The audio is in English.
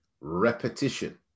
repetition